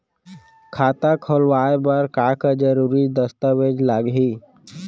खाता खोलवाय बर का का जरूरी दस्तावेज लागही?